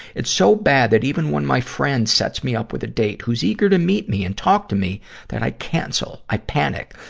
it's so bad, that even when my friends sets me up with a date who's eager to meet me and talk to me that i cancel, i panic.